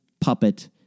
puppet